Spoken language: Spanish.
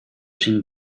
sin